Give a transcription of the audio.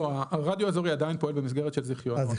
לא, הרדיו האזורי עדיין פועל במסגרת של זיכיונות.